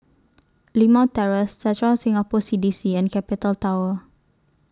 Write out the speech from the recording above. Limau Terrace Central Singapore C D C and Capital Tower